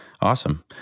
Awesome